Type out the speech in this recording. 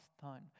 time